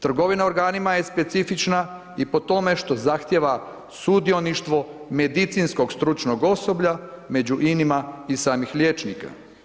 Trgovina organima je specifična i po tome što zahtjeva sudioništvo medicinskog stručnog osoblja među inima i samih liječnika.